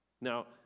Now